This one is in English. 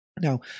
Now